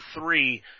three